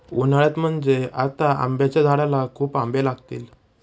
उन्हाळ्यात म्हणजे आता आंब्याच्या झाडाला खूप आंबे लागतील